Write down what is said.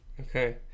Okay